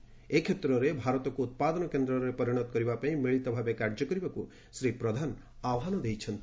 ଉର୍ଜା କ୍ଷେତ୍ରରେ ଭାରତକୁ ଉତ୍ପାଦନ କେନ୍ଦ୍ରରେ ପରିଣତ କରିବାପାଇଁ ମିଳିତ ଭାବେ କାର୍ଯ୍ୟ କରିବାକୁ ଶ୍ରୀ ପ୍ରଧାନ ଆହ୍ୱାନ ଦେଇଛନ୍ତି